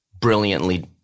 brilliantly